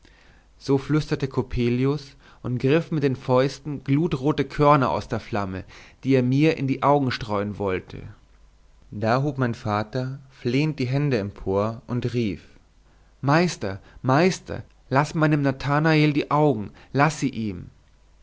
so flüsterte coppelius und griff mit den fäusten glutrote körner aus der flamme die er mir in die augen streuen wollte da hob mein vater flehend die hände empor und rief meister meister laß meinem nathanael die augen laß sie ihm